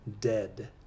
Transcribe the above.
Dead